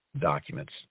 documents